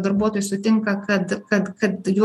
darbuotojų sutinka kad kad kad jų